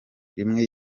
rimwe